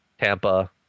Tampa